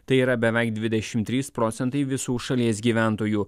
tai yra beveik dvidešimt trys procentai visų šalies gyventojų